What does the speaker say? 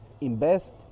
invest